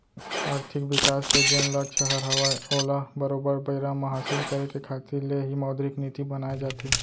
आरथिक बिकास के जेन लक्छ दर हवय ओला बरोबर बेरा म हासिल करे के खातिर ले ही मौद्रिक नीति बनाए जाथे